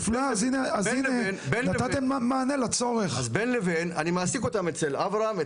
אז בין לבין אני מעסיק אותם אצל אברהם,